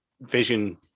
Vision